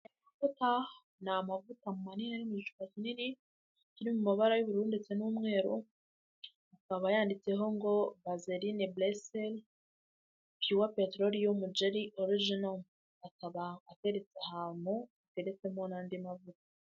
Potar ni amavuta manini ari mu icupa rinini, riri mu mabara y'ubururu ndetse n'umweru. Akaba yanditseho ngo Vaseline blueseal pure petroleum jelly original. Akaba ateretse ahantu hateretsemo n'andi mavuta.